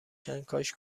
کنکاش